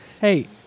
Hey